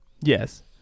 Yes